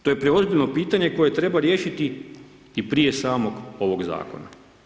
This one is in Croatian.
To je preozbiljno pitanje koje treba riješiti i prije samog ovog zakona.